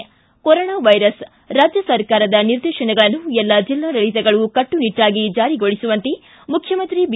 ಿಕೆ corona virus ರಾಜ್ಯ ಸರ್ಕಾರದ ನಿರ್ದೇಶನಗಳನ್ನು ಎಲ್ಲ ಜಿಲ್ಲಾಡಳಿತಗಳು ಕಟ್ಟನಿಟ್ಟಾಗಿ ಜಾರಿಗೊಳಿಸುವಂತೆ ಮುಖ್ಯಮಂತ್ರಿ ಬಿ